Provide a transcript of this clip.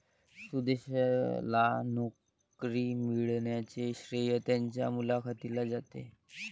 सुदेशला नोकरी मिळण्याचे श्रेय त्याच्या मुलाखतीला जाते